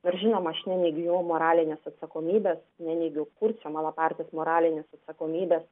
ir žinoma aš neneigiu jo moralinės atsakomybės neneigiu kurcio malapartės moralinės atsakomybės